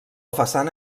façana